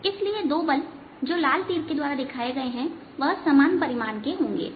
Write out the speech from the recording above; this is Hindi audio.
इसलिए यह दो बल जो लाल तीर के द्वारा दिखाए गए हैं वह समान परिमाण के होंगे